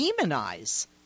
demonize